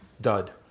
dud